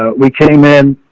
ah we came in